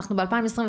אנחנו ב-2022.